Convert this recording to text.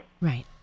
Right